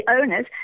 owners